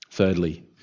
Thirdly